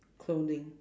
clothing